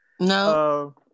No